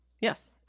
Yes